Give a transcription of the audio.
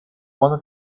wanna